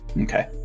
Okay